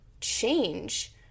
change